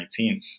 2019